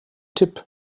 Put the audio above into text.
tipp